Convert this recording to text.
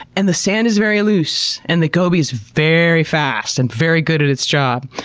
and the sand is very loose, and the goby is very fast and very good at its job.